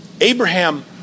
Abraham